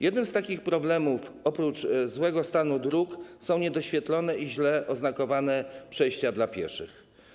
Jednym z problemów, oprócz złego stanu dróg, są niedoświetlone i źle oznakowane przejścia dla pieszych.